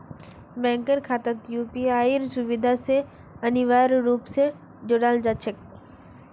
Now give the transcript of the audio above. बैंकेर खाताक यूपीआईर सुविधा स अनिवार्य रूप स जोडाल जा छेक